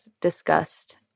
discussed